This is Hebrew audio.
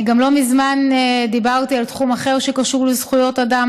אני גם לא מזמן דיברתי על תחום אחר שקשור לזכויות אדם,